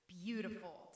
beautiful